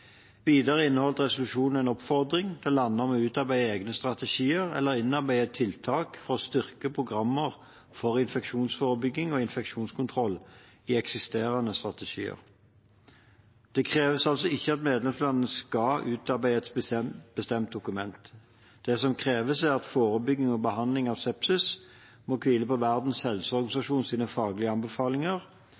Videre inneholdt resolusjonen en oppfordring til landene om å utarbeide egne strategier eller innarbeide tiltak for å styrke programmer for infeksjonsforebygging og infeksjonskontroll i eksisterende strategier. Det kreves altså ikke at medlemslandene skal utarbeide et bestemt dokument. Det som kreves, er at forebygging og behandling av sepsis må hvile på Verdens helseorganisasjons faglige anbefalinger,